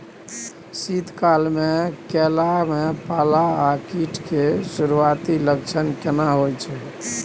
शीत काल में केला में पाला आ कीट के सुरूआती लक्षण केना हौय छै?